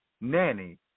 nanny